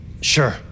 Sure